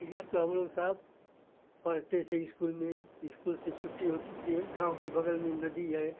क्रिया तो हम लोग के साथ पढ़ते थे इस्कूल में इस्कूल से छुट्टी होते थे गाँव के बग़ल में नदी है